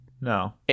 No